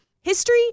History